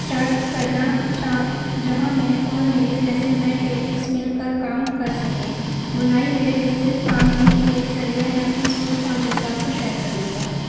start کرنا چاہ جہاں میں اور میرے جیسے نئے کریئٹوس مل کر کام کر سکیں بنائی میرے لیے صرف کام نہیں ایک ذریعہ ہے اپنی سوچ اور جذبات کو شیئر کرنے کا